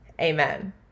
amen